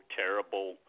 terrible